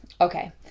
Okay